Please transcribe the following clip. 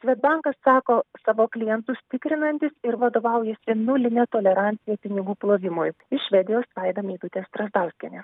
svedbankas sako savo klientus tikrinantis ir vadovaujasi nuline tolerancija pinigų plovimui iš švedijos vaida meidutė strazdauskienė